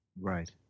Right